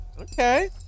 Okay